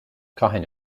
cathain